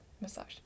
massage